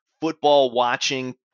football-watching